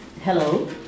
hello